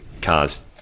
cars